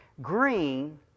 green